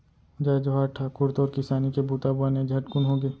जय जोहार ठाकुर, तोर किसानी के बूता बने झटकुन होगे?